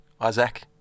Isaac